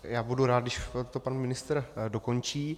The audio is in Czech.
Já budu rád, když to pan ministr dokončí.